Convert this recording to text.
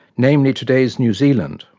namely today's new zealand,